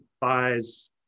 buys